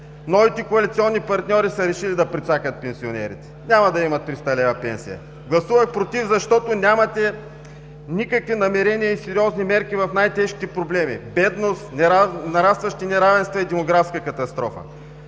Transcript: новите коалиционни партньори са решили да прецакат пенсионерите: няма да има 300 лв. пенсия! Гласувах „против“, защото нямате никакви намерения и сериозни мерки за най-тежките проблеми: бедност, нарастващи неравенства и демографска катастрофа.